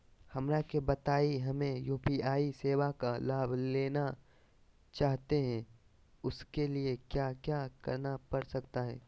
हमरा के बताइए हमें यू.पी.आई सेवा का लाभ लेना चाहते हैं उसके लिए क्या क्या करना पड़ सकता है?